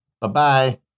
Bye-bye